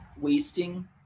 wasting